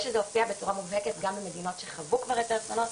ושזה הופיע בצורה מובהקת גם במדינות שחוו כבר את האסונות,